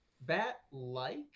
Bat-like